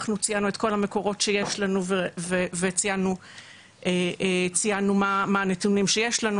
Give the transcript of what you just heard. אנחנו ציינו את כל המקורות שיש לנו וציינו מה הנתונים שיש לנו,